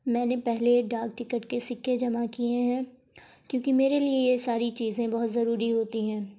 میں نے پہلے ڈاک ٹکٹ کے سکے جمع کیے ہیں کیونکہ میرے لیے یہ ساری چیزیں بہت ضروری ہوتی ہیں